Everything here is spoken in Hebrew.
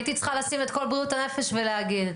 הייתי צריכה לשים את כל בריאות הנפש ולהגיד.